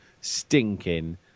stinking